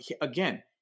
again